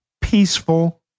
peaceful